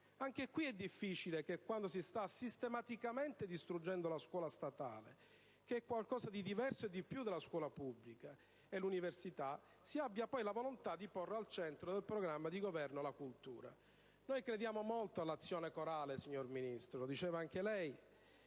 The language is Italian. È difficile credere, quando si sta sistematicamente distruggendo la scuola statale (che è qualcosa di diverso e di più della scuola pubblica) e l'università, che si abbia la volontà di porre al centro del programma di governo la cultura. Noi crediamo molto nell'azione corale, signor Ministro. È per questo